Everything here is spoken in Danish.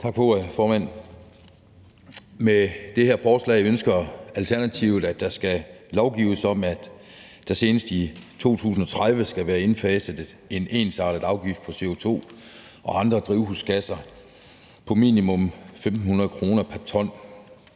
ordet, formand. Med det her forslag ønsker Alternativet, at der skal lovgives om, at der senest i 2030 skal være indfaset en ensartet afgift på CO2 og andre drivhusgasser på minimum 1.500 kr. pr. ton.